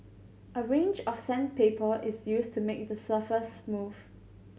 a range of sandpaper is used to make the surface smooth